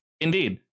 Indeed